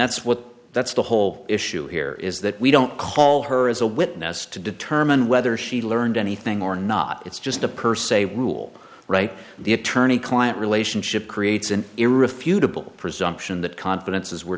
that's what that's the whole issue here is that we don't call her as a witness to determine whether she learned anything or not it's just a purse say rule right the attorney client relationship creates an irrefutable presumption that